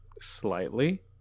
slightly